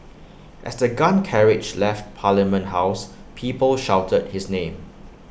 as the gun carriage left parliament house people shouted his name